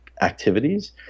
activities